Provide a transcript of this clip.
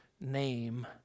name